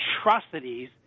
atrocities